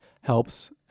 helps